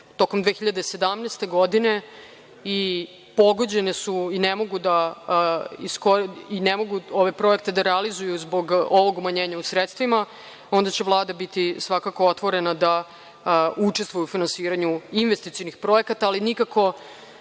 tokom 2017. godine i pogođene su i ne mogu da ove projekte da realizuju zbog ovog umanjenja u sredstvima onda će Vlada biti svakako otvorena da učestvuje u finansiranju investicionih projekata, ali nikako